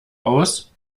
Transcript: aus